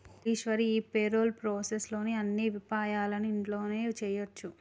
మల్లీశ్వరి ఈ payroll process లోని అన్ని విపాయాలను ఇంట్లోనే చేయొచ్చు